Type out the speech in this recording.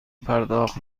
پرداخت